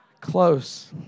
Close